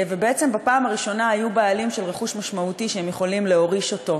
ובעצם בפעם הראשונה היו בעלים של רכוש משמעותי שהם יכולים להוריש אותו.